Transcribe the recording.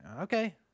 Okay